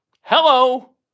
Hello